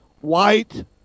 white